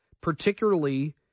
particularly